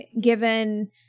given